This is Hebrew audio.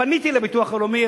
פניתי לביטוח הלאומי,